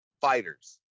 fighters